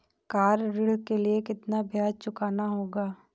Car ऋण के लिए कितना ब्याज चुकाना होगा?